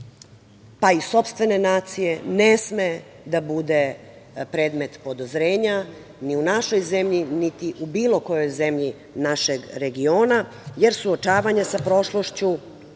pa i sopstvene nacije ne sme da bude predmet podozrenja ni u našoj zemlji, niti u bilo kojoj zemlji našeg regiona, jer suočavanja sa prošlošću